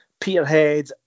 Peterhead